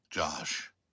Josh